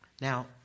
Now